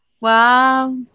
Wow